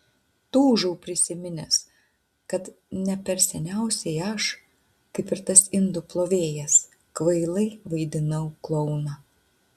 tūžau prisiminęs kad ne per seniausiai aš kaip ir tas indų plovėjas kvailai vaidinau klouną